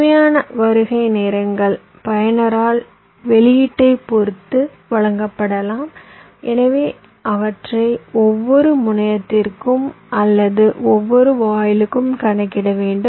தேவையான வருகை நேரங்கள் பயனரால் வெளியீட்டைப் பொறுத்து வழங்கப்படலாம் எனவே அவற்றை ஒவ்வொரு முனையத்திற்கும் அல்லது ஒவ்வொரு வாயிலுக்கும் கணக்கிட வேண்டும்